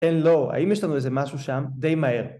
אין לו, האם יש לנו איזה משהו שם? די מהר